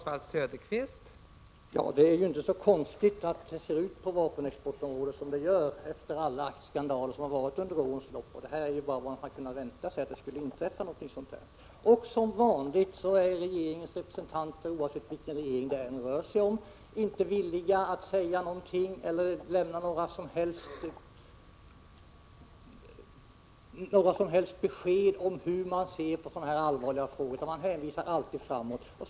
Fru talman! Det är inte så konstigt att det ser ut som det gör på vapenexportområdet, med alla skandaler under årens lopp. Det är bara vad man kunnat vänta sig. Som vanligt är regeringens representanter — oavsett vilken regering det rör sig om —-inte villiga att säga någonting eller lämna några som helst besked om hur man ser på dessa allvarliga frågor. Man hänvisar alltid till framtiden.